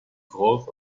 growth